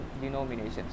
denominations